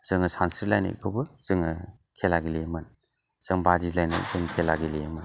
जोङो सानस्रिलायनायखौबो जोङो खेला गेलेयोमोन जों बादिलायनाय जों खेला गेलेयोमोन